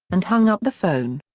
and hung up the phone.